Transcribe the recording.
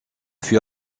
fut